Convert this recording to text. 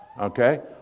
Okay